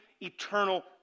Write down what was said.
eternal